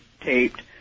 taped